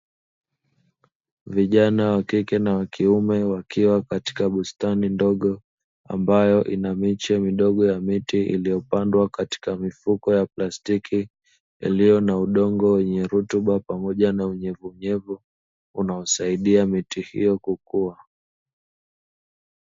Vijana wa kike na wa kiume wakiwa katika bustani ndogo ambayo ina miche midogo ya miti iliyopandwa katika mifuko ya plastiki, iliyo na udongo wenye rutuba pamoja na unyevunyevu unaosaidia miti hiyo kukua.